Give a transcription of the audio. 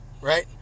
right